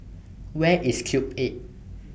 Where IS Cube eight